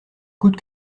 coûte